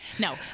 No